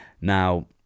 Now